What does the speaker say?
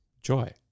joy